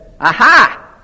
aha